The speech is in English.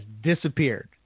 disappeared